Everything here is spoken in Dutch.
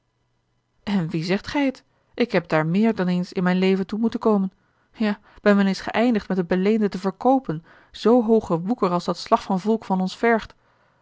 aan wie zegt gij het ik heb daar meer dan eens in mijn leven toe moeten komen ja ben wel eens geëindigd met het beleende te verkoopen zoo hoogen woeker als dat slag van volk van ons vergt